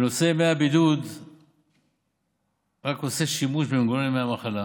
נושא ימי הבידוד רק עושה שימוש במנגנון ימי המחלה,